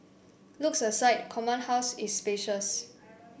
looks aside Command House is spacious